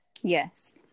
Yes